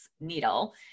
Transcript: needle